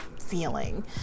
feeling